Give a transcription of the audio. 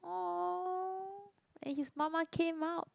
oh and his mama came out